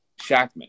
Shackman